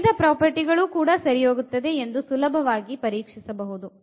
ಉಳಿದ ಪ್ರಾಪರ್ಟಿ ಗಳು ಸರಿಯಾಗುತ್ತದೆ ಎಂದು ಸುಲಭವಾಗಿ ಪರೀಕ್ಷಿಸಬಹುದು